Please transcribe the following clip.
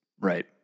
right